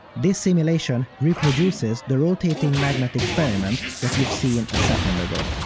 this simulation reproduces the rotating magnet experiment that you've seen a second ago.